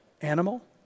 animal